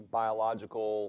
biological